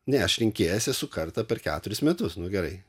ne aš rinkėjas esu kartą per keturis metus nu gerai